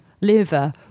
liver